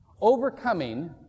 Overcoming